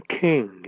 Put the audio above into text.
King